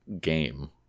game